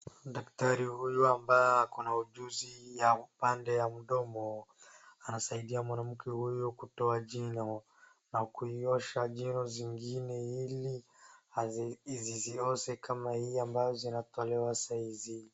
Daktari huyu ambaye ako na ujuzi ya upande wa mdomo, anasaidia mwanamke huyu kutoa jino, na kuiosha jino zingine ili, zisioze kama hii ambazo zinatolewa saa hizi.